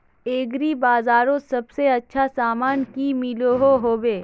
Agri बजारोत सबसे अच्छा सामान की मिलोहो होबे?